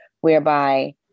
whereby